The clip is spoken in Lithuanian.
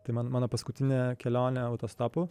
tai man mano paskutinė kelionė autostopu